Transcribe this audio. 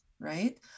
Right